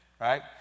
right